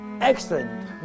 excellent